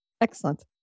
Excellent